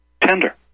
tender